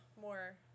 more